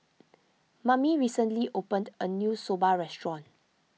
Mammie recently opened a new Soba restaurant